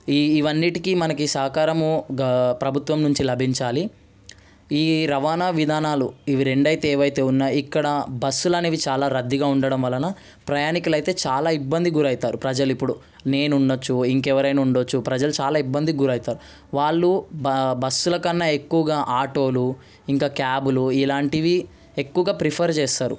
ఇవన్నీకి మనకి సహకారము ప్రభుత్వం నుంచి లభించాలి ఈ రవాణా విధానాలు ఇవి రెండు అయితే ఏవైతే ఉన్నా ఇక్కడ బస్సులు అనేవి చాలా రద్దీగా ఉండడం వలన ప్రయాణికులు అయితే చాలా ఇబ్బంది గురవుతారు ప్రజలు ఇప్పుడు సో ఇంకా ఎవరైనా ఉండవచ్చు ప్రజలు చాలా ఇబ్బందికి గురవుతారు వాళ్ళు బస్సుల కన్నా ఎక్కువగా ఆటోలు ఇంకా క్యాబ్లు ఇలాంటివి ప్రిఫర్ చేస్తారు